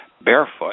barefoot